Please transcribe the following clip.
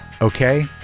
Okay